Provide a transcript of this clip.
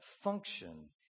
function